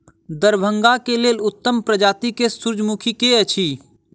दरभंगा केँ लेल उत्तम प्रजाति केँ सूर्यमुखी केँ अछि?